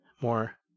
more